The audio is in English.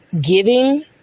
giving